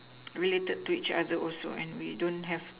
related to each other also and we don't have